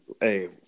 hey